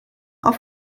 auf